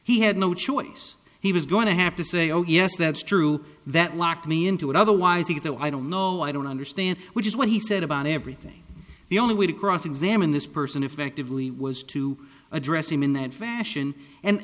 he had no choice he was going to have to say oh yes that's true that locked me into it otherwise he though i don't know i don't understand which is what he said about everything the only way to cross examine this person effectively was to address him in that fashion and